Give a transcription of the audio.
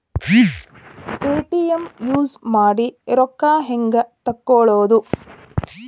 ATM use ಮಾಡಿ ರೊಕ್ಕ ಹೆಂಗೆ ತಕ್ಕೊಳೋದು?